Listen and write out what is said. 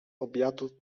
obiadu